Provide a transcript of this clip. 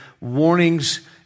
warnings